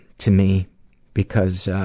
to me because